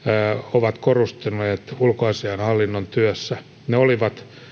ovat korostuneet ulkoasiainhallinnon työssä ne olivat